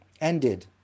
ended